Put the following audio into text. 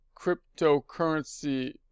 cryptocurrency